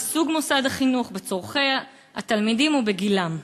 בסוג מוסד החינוך ובצורכי התלמידים ובגילם.